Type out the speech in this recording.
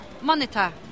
Monitor